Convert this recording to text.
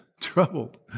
troubled